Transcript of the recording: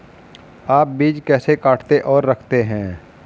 आप बीज कैसे काटते और रखते हैं?